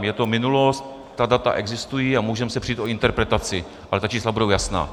Je to minulost, ta data existují a můžeme se přít o interpretaci, ale ta čísla budou jasná.